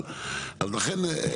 אבל גם לכם,